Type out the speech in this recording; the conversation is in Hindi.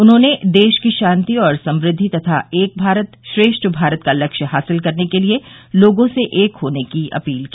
उन्होंने देश की शांति और समृद्धि तथा एक भारत श्रेष्ठ भारत का लक्ष्य हासिल करने के लिए लोगों से एक होने की अपील की